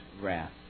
wrath